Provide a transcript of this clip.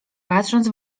patrząc